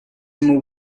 move